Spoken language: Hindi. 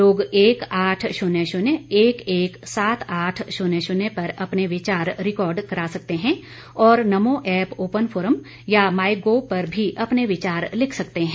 लोग एक आठ शुन्य शून्य एक एक सात आठ शून्य शून्य पर अपने विचार रिकॉर्ड करा सकते हैं और नमो ऐप ओपन फोरम या माई गोव पर भी अपने विचार लिख सकते हैं